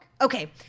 Okay